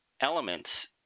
elements